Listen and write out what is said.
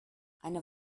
eine